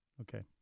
Okay